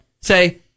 say